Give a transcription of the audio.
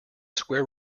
square